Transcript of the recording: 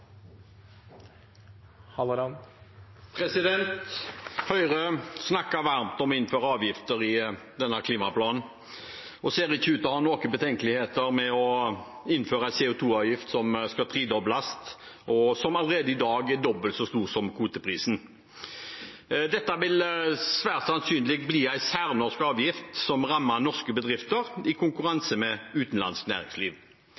Høyre snakker varmt om å innføre avgifter i denne klimaplanen, og ser ikke ut til å ha noen betenkeligheter med å innføre en CO 2 -avgift som skal tidobles, og som allerede i dag er dobbelt så høy som kvoteprisen. Dette vil svært sannsynlig bli en særnorsk avgift, som rammer norske bedrifter i konkurranse med utenlandsk næringsliv.